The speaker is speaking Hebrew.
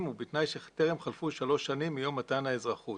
ובתנאי שטרם חלפו שלוש שנים מיום מתן האזרחות.